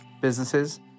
businesses